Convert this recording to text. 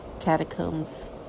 Catacombs